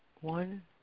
one